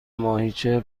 ماهیچه